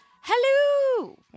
hello